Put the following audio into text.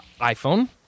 iPhone